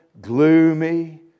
gloomy